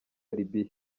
libiya